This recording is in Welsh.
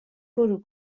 bwrw